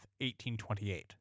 1828